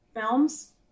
Films